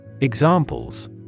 Examples